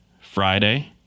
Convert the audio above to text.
Friday